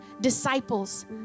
disciples